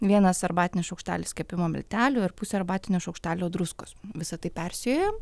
vienas arbatinis šaukštelis kepimo miltelių ir pusę arbatinio šaukštelio druskos visa tai persijojam